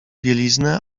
bieliznę